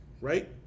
right